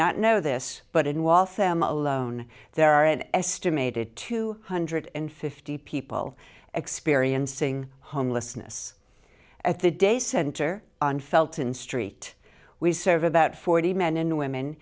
not know this but in waltham alone there are an estimated two hundred and fifty people experiencing homelessness at the day center on felton street we serve about forty men and women